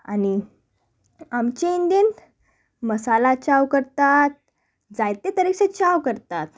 आनी आमचे इंंदीेन मसाला चाव करतात जायते तरेचे चाव करतात